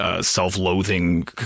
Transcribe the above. Self-loathing